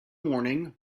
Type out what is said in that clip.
morning